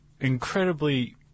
Incredibly